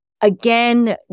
again